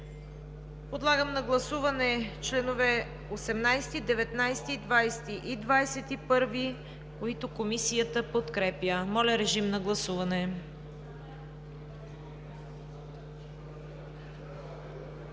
Подлагам на гласуване членове 18, 19, 20 и 21, които Комисията подкрепя. Гласували